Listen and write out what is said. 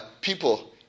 people